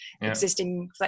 Existing